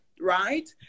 right